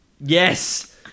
Yes